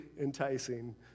enticing